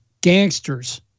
gangsters